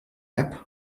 app